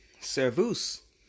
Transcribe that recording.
Servus